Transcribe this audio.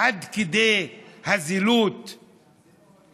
עד כדי כך הזילות בדברים.